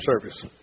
service